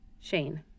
shane